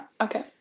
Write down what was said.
Okay